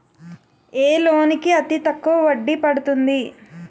ఏ loan కి అతి తక్కువ వడ్డీ పడుతుంది?